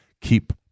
Keep